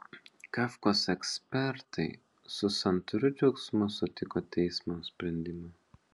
kafkos ekspertai su santūriu džiaugsmu sutiko teismo sprendimą